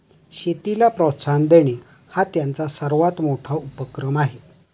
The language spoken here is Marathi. शेतीला प्रोत्साहन देणे हा त्यांचा सर्वात मोठा उपक्रम आहे